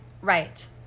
Right